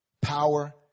power